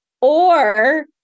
Or-